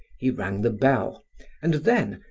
he rang the bell and then,